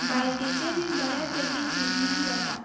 बायटीचे बी बऱ्या पैकी ट्रिटमेंट जाता